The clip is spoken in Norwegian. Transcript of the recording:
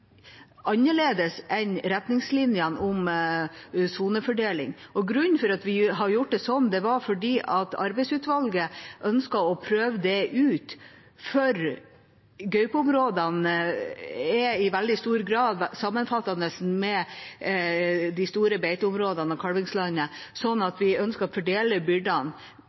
annerledes enn retningslinjene om sonefordeling. Grunnen til at vi har gjort det sånn, er at arbeidsutvalget ønsket å prøve det ut, for gaupeområdene er i veldig stor grad sammenfallende med de store beiteområdene og kalvingslandet. Vi ønsket å fordele byrdene,